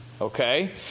Okay